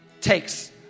takes